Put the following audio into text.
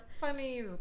Funny